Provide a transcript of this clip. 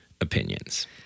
opinions